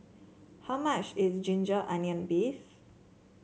how much is ginger onion beef